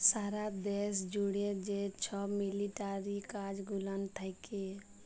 সারা দ্যাশ জ্যুড়ে যে ছব মিলিটারি কাজ গুলান থ্যাকে